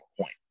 point